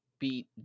Beat